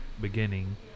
beginning